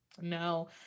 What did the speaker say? No